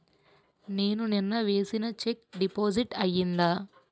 నేను నిన్న వేసిన చెక్ డిపాజిట్ అయిందా?